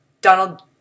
Donald